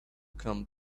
come